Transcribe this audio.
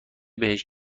بهش